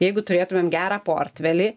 jeigu turėtumėm gerą portfelį